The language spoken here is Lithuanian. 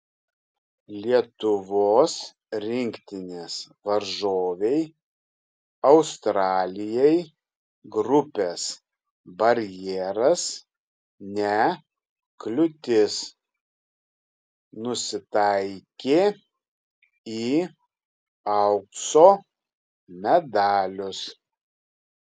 lietuvos rinktinės varžovei australijai grupės barjeras ne kliūtis nusitaikė į aukso medalius